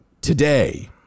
Today